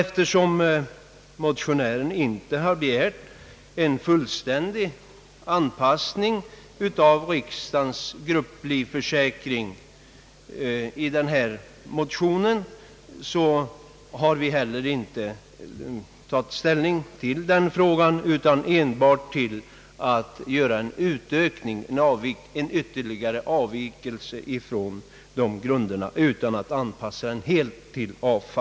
Eftersom motionärerna i sin motion inte har begärt en fullständig anpassning av riksdagens grupplivförsäkring, har förvaltningskontorets styrelse inte heller tagit ställning till den frågan utan enbart till motionens yrkande om ytterligare avvikelse från nuvarande grunder utan att anpassa försäkringen helt till AFA.